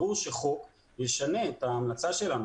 ברור שחוק ישנה את ההמלצה שלנו,